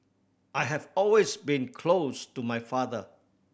I have always been close to my father